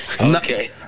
okay